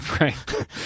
right